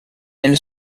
elle